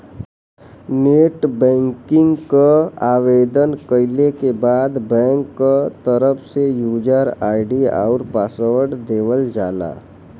net banking क आवेदन कइले के बाद बैंक क तरफ से यूजर आई.डी आउर पासवर्ड देवल जाला